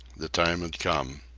the time had come.